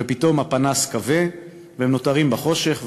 ופתאום הנר כבה והם נותרים בחושך,